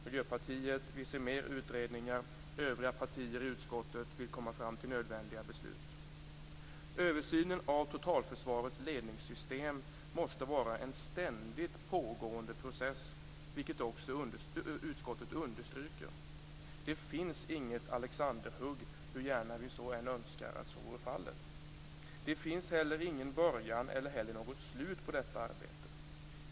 Miljöpartiet vill se mer utredningar, övriga partier i utskottet vill komma fram till nödvändiga beslut. Översynen av totalförsvarets ledningssystem måste vara en ständigt pågående process, vilket också utskottet understryker. Det finns inget alexandershugg, hur gärna vi än önskar att så vore fallet. Det finns inte heller någon början eller något slut på detta arbete.